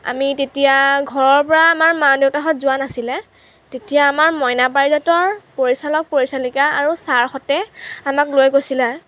আমি তেতিয়া ঘৰৰ পৰা আমাৰ মা দেউতাহঁত যোৱা নাছিলে তেতিয়া আমাৰ মইনা পাৰিজাতৰ পৰিচালক পৰিচালিকা আৰু ছাৰহঁতে আমাক লৈ গৈছিলে